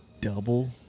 Double